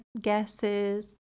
guesses